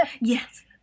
Yes